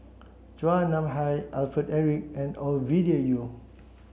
Chua Nam Hai Alfred Eric and Ovidia Yu